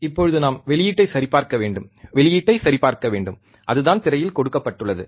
இப்போது நாம் வெளியீட்டை சரிபார்க்க வேண்டும் வெளியீட்டை சரிபார்க்க வேண்டும் அதுதான் திரையில் கொடுக்கப்பட்டுள்ளது